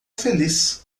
feliz